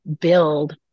build